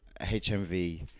hmv